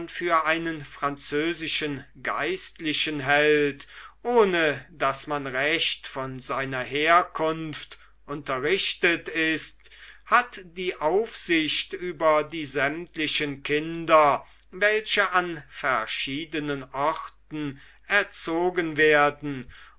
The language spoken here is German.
für einen französischen geistlichen hält ohne daß man recht von seiner herkunft unterrichtet ist hat die aufsicht über die sämtlichen kinder welche an verschiedenen orten erzogen werden